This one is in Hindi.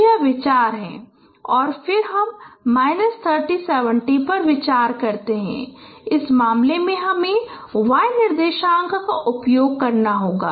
तो यह विचार है और फिर हम माइनस 30 70 पर विचार करते हैं और इस मामले में हमें y निर्देशांक का उपयोग करना होगा